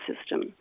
system